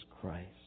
Christ